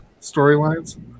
storylines